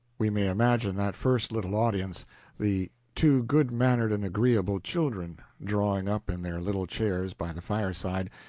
we may imagine that first little audience the two good-mannered and agreeable children, drawing up in their little chairs by the fireside,